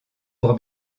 pour